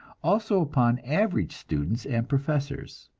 also upon average students and professors.